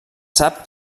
sap